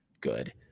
good